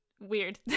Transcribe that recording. weird